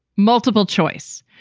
multiple choice,